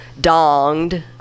donged